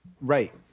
Right